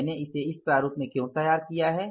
मैंने इसे इस प्रारूप में क्यों तैयार किया है